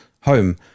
home